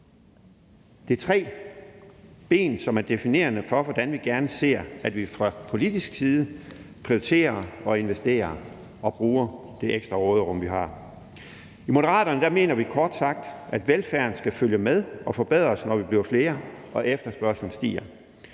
Det er tre ben, som er definerende for, hvordan vi gerne ser at vi fra politisk side prioriterer og investerer og bruger det ekstra råderum, vi har. I Moderaterne mener vi kort sagt, at velfærden skal følge med og forbedres, når vi bliver flere og efterspørgslen stiger,